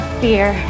fear